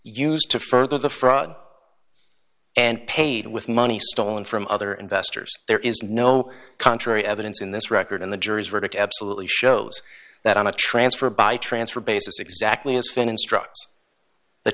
used to further the fraud and paid with money stolen from other investors there is no contrary evidence in this record in the jury's verdict absolutely shows that on a transfer by transfer basis exactly